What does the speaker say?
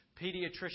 pediatrician's